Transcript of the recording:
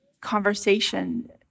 conversation